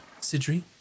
Sidri